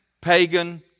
pagan